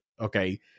Okay